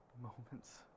Moments